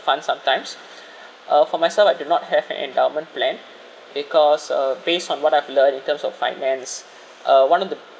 fund sometimes uh for myself I do not have an endowment plan because uh based on what I've learned in terms of finance uh one of the